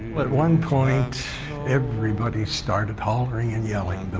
but at one point everybody started hollering and yelling, but